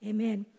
Amen